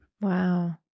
Wow